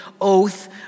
oath